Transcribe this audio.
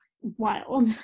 wild